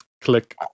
click